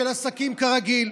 של עסקים כרגיל.